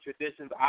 traditions